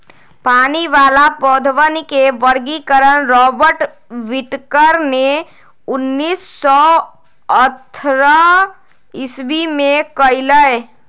पानी वाला पौधवन के वर्गीकरण रॉबर्ट विटकर ने उन्नीस सौ अथतर ईसवी में कइलय